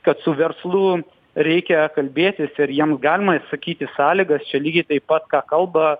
kad su verslu reikia kalbėtis ir jiems galima išsakyti sąlygas čia lygiai taip pat ką kalba